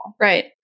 Right